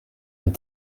and